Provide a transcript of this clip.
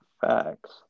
facts